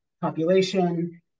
population